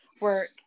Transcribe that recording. work